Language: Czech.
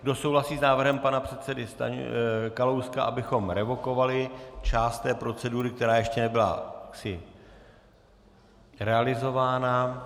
Kdo souhlasí s návrhem pana předsedy Kalouska, abychom revokovali část té procedury, která ještě nebyla jaksi realizována?